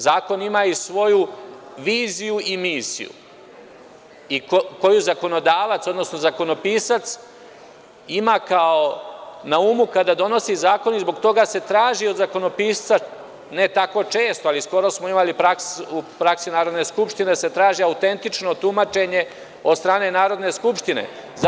Zakon ima i svoju viziju i misiju, koju zakonodavac, odnosno zakonopisac ima na umu kada donosi zakon i zbog toga se traži od zakonopisca, ne tako često, ali skoro smo imali u praksi Narodne skupštine, autentično tumačenje od strane Narodne skupštine.